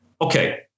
Okay